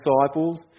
disciples